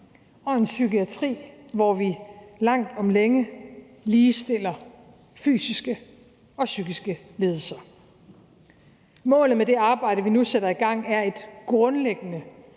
og en psykiatri, hvor vi langt om længe ligestiller fysiske og psykiske lidelser. Målet med det arbejde, vi nu sætter i gang, er et grundlæggende